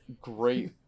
great